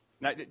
Now